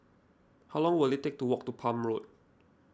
how long will it take to walk to Palm Road